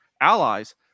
allies